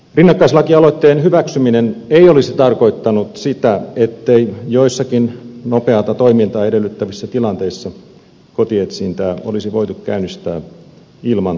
rinnakkaislakialoitteen hyväksyminen ei olisi tarkoittanut sitä ettei joissakin nopeata toimintaa edellyttävissä tilanteissa kotietsintää olisi voitu käynnistää ilman tuomarin ratkaisua